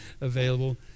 available